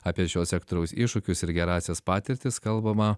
apie šio sektoriaus iššūkius ir gerąsias patirtis kalbama